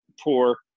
poor